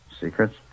Secrets